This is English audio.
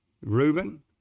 Reuben